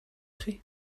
chi